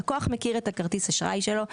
הלקוח מכיר את כרטיס האשראי שלו,